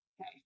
okay